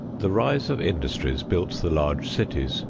the rise of industries built the large cities,